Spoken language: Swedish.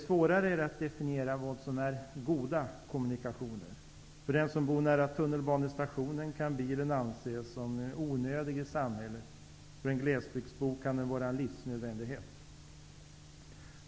Svårare är det att definiera vad som är goda kommunikationer. För den som bor nära tunnelbanestationen kan bilen anses som onödig i samhället. För en glesbygdsbo kan den vara en livsnödvändighet.